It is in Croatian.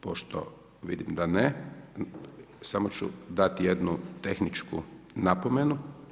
Pošto vidim da ne, samo ću dati jednu tehničku napomenu.